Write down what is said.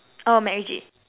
oh macritchie